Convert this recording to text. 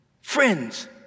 Friends